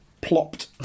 plopped